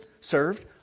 served